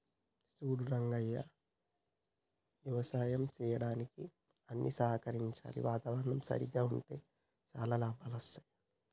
సూడు రంగయ్య యవసాయం సెయ్యడానికి అన్ని సహకరించాలి వాతావరణం సరిగ్గా ఉంటే శానా లాభాలు అస్తాయి